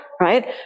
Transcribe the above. Right